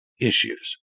issues